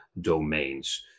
domains